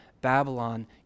Babylon